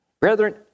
brethren